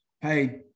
Hey